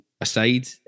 aside